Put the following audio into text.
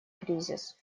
кризис